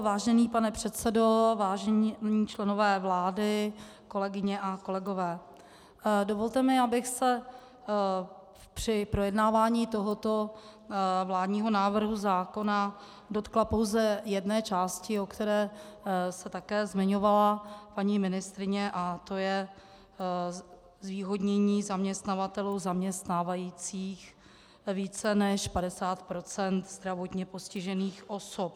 Vážený pane předsedo, vážení členové vlády, kolegyně a kolegové, dovolte mi, abych se při projednávání tohoto vládního návrhu zákona dotkla pouze jedné části, o které se také zmiňovala paní ministryně, a to je zvýhodnění zaměstnavatelů zaměstnávajících více než 50 % zdravotně postižených osob.